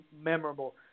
memorable